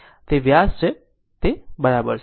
તેથી B જે વ્યાસ કહે છે તેની બરાબર છે